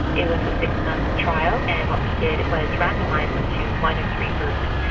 it was a six month trial and what we did was randomise them to one or three groups.